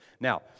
Now